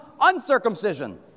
uncircumcision